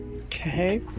Okay